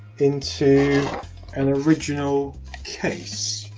into an original case?